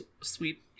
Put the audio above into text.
sweet